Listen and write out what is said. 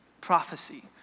prophecy